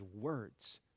words